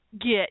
get